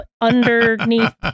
underneath